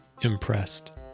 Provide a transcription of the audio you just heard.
impressed